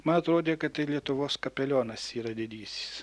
man atrodė kad tai lietuvos kapelionas yra didysis